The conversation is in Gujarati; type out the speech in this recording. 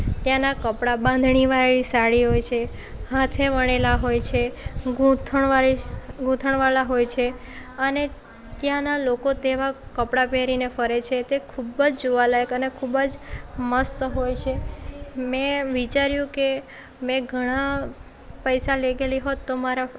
ત્યાંનાં કપડાં બાંધણીવાળી સાડી હોય છે હાથે વણેલાં હોય છે ગૂંથણવાળી ગૂંથણવાળાં હોય છે અને ત્યાંનાં લોકો તેવાં કપડાં પહેરીને ફરે છે તે ખૂબ જ જોવાલાયક અને ખૂબ જ મસ્ત હોય છે મેં વિચાર્યું કે મેં ઘણા પૈસા લઈ ગયેલી હોત તો મારા